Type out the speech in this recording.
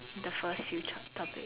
in the first future topic